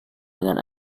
dengan